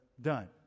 done